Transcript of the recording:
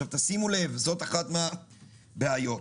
זו אחת הבעיות.